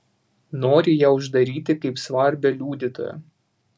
nori ją uždaryti kaip svarbią liudytoją